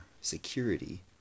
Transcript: security